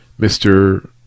Mr